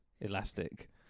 elastic